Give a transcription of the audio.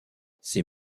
ses